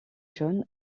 jaune